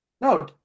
no